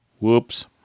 Whoops